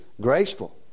graceful